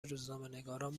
روزنامهنگاران